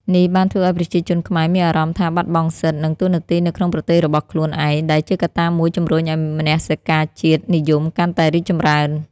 នេះបានធ្វើឱ្យប្រជាជនខ្មែរមានអារម្មណ៍ថាបាត់បង់សិទ្ធិ និងតួនាទីនៅក្នុងប្រទេសរបស់ខ្លួនឯង ដែលជាកត្តាមួយជំរុញឱ្យមនសិការជាតិនិយមកាន់តែរីកចម្រើន។